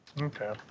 Okay